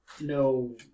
No